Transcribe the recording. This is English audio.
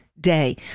day